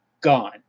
gone